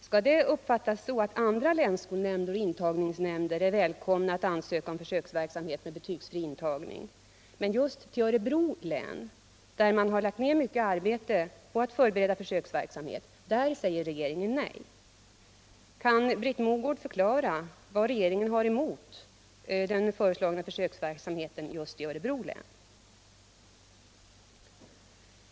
Skall det uppfattas så att andra länsskolnämnder och intagningsnämnder är välkomna att ansöka om tillstånd att bedriva försöksverksamhet med betygsfri intagning men att regeringen säger nej just i fråga om Örebro län, där man har lagt ned så mycket arbete på att förbereda försöksverksamhet? Kan Britt Mogård förklara vad regeringen har emot den föreslagna försöksverksamheten just i Örebro län?